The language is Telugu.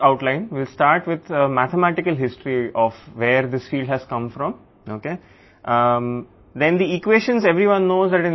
కాబట్టి ఇది మనం చర్చించేది ఈ ఫీల్డ్ ఎక్కడ నుండి వచ్చింది అనే గణిత చరిత్రతో మనం ప్రారంభిస్తాము